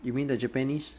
you mean the japanese